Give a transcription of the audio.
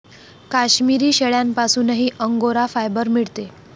काश्मिरी शेळ्यांपासूनही angora fibre मिळते